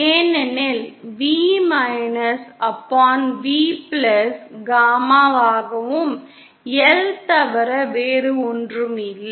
ஏனெனில் V upon V காமாகாமா L தவிர வேறொன்றுமில்லை